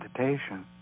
meditation